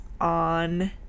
on